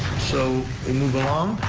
so we move along.